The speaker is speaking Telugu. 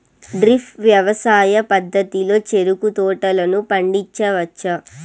డ్రిప్ వ్యవసాయ పద్ధతిలో చెరుకు తోటలను పండించవచ్చా